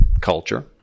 culture